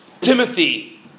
Timothy